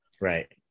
Right